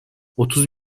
otuz